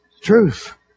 Truth